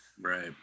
Right